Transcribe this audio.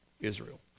Israel